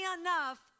enough